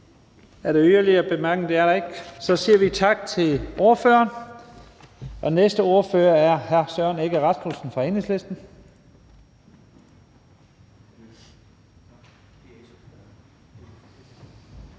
Er der yderligere korte bemærkninger? Det er der ikke. Så siger vi tak til ordføreren. Næste ordfører er hr. Søren Egge Rasmussen fra Enhedslisten.